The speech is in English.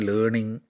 Learning